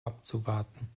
abzuwarten